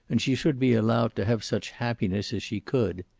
and she should be allowed to have such happiness as she could.